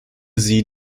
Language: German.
sie